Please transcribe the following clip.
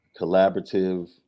collaborative